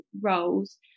roles